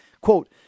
quote